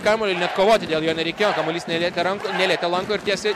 kamuolį net kovoti dėl jo nereikėjo kamuolys nelietė rankų nelietė lanko ir tiesiai